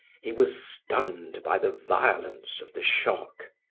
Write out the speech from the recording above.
he was stunned by the violence of the shock.